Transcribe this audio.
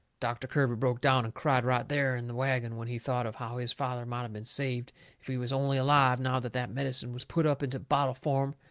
doctor kirby broke down and cried right there in the wagon when he thought of how his father might of been saved if he was only alive now that that medicine was put up into bottle form,